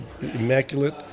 immaculate